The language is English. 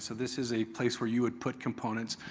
so this is a place where you would put components.